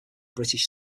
british